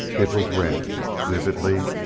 it was red vividly,